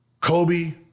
Kobe